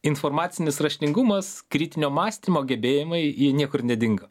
informacinis raštingumas kritinio mąstymo gebėjimai jie niekur nedingo